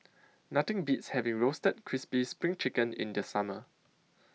Nothing Beats having Roasted Crispy SPRING Chicken in The Summer